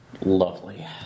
Lovely